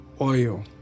oil